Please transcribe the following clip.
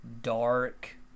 dark